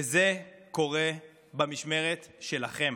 וזה קורה במשמרת שלכם.